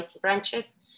branches